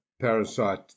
parasite